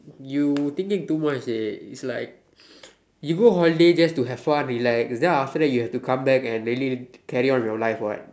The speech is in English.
you thinking too much dey is like you go holidays just to have fun relax then after that you have to come back and really carry on with your life what